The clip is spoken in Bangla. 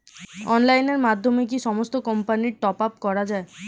অনলাইনের মাধ্যমে কি সমস্ত কোম্পানির টপ আপ করা যায়?